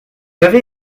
avez